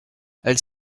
elles